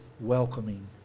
welcoming